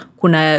kuna